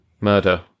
Murder